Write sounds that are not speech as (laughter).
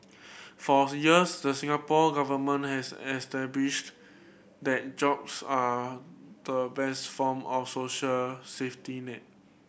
for the years the Singapore Government has (unintelligible) that jobs are the best form of social safety net